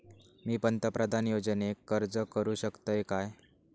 मी पंतप्रधान योजनेक अर्ज करू शकतय काय?